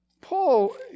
Paul